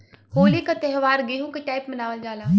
होली क त्यौहार गेंहू कटाई पे मनावल जाला